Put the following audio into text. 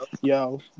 Yo